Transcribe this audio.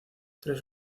tres